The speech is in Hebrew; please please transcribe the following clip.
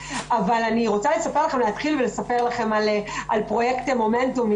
אבל אני רוצה להתחיל ולספר לכם על פרויקט מומנטום.